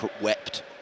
wept